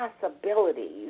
possibilities